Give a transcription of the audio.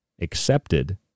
accepted